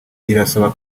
irasaba